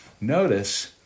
Notice